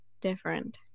different